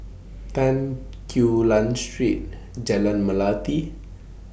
Tan Quee Lan Street Jalan Melati